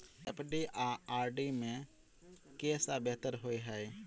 FD आ RD मे केँ सा बेहतर होइ है?